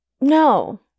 No